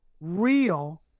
real